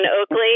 Oakley